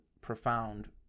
profound